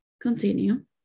continue